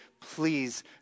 please